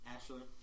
Ashley